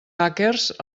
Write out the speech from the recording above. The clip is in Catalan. hackers